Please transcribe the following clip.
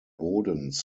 bodens